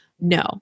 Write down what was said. No